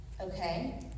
okay